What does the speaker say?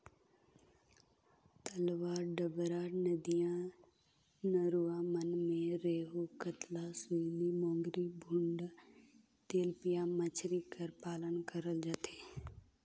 तलवा डबरा, नदिया नरूवा मन में रेहू, कतला, सूइली, मोंगरी, भुंडा, तेलपिया मछरी कर पालन करल जाथे